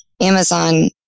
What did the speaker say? Amazon